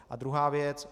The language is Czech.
A druhá věc.